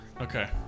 Okay